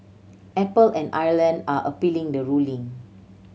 Apple and Ireland are appealing the ruling